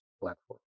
platform